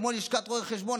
כמו לשכת רואי החשבון,